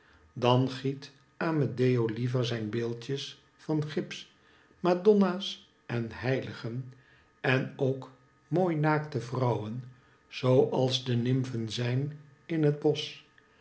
dan giet amedeo liever zijn beeldjes van gips madonna's en heiligen en ook mooi naakte vrouwen zoo als de nymfen zijn in het bosch